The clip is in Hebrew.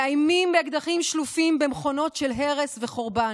מאיימים באקדחים שלופים במכונות של הרס וחורבן.